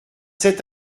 sept